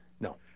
No